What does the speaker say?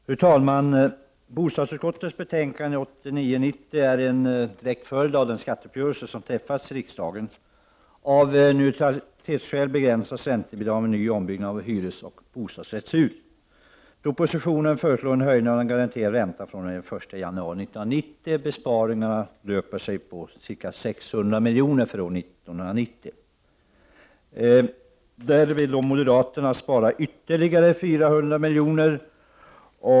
Fru talman! Bostadsutskottets betänkande 1989/90:BoU8 är en direkt följd av den skatteuppgörelse som har träffats i riksdagen. Av neutralitetsskäl begränsas räntebidragen vid nyoch ombyggnad av hyresoch bostadsrättshus. I propositionen föreslås en höjning av den garanterade räntan från den 1 januari 1990. Besparingarna torde belöpa sig till ca 600 milj.kr. för år 1990. Moderaterna vill spara ytterligare 400 miljoner.